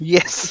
Yes